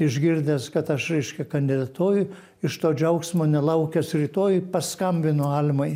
išgirdęs kad aš reiškia kandidatuoju iš to džiaugsmo nelaukęs rytoj paskambinau almai